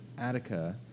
Attica